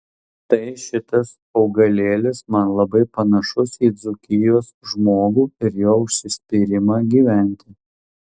tai šitas augalėlis man labai panašus į dzūkijos žmogų ir jo užsispyrimą gyventi